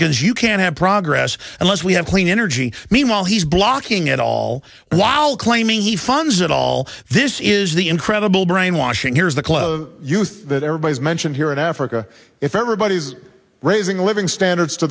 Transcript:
ns you can't have progress unless we have clean energy meanwhile he's blocking it all while claiming he funds it all this is the incredible brainwashing here is the close of youth that everybody's mentioned here in africa if everybody is raising the living standards to